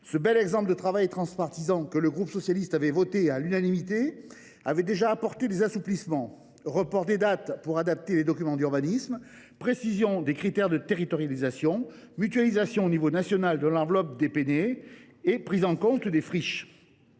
Ce bel exemple de travail transpartisan, voté à l’unanimité par le groupe socialiste, avait déjà apporté des assouplissements : report des dates pour adapter les documents d’urbanisme, précision des critères de territorialisation, mutualisation à l’échelon national de l’enveloppe des Pene, prise en compte des friches.